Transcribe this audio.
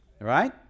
Right